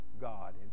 God